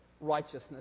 righteousness